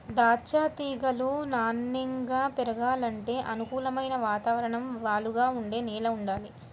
దాచ్చా తీగలు నాన్నెంగా పెరగాలంటే అనుకూలమైన వాతావరణం, వాలుగా ఉండే నేల వుండాలి